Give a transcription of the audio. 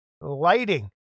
lighting